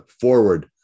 forward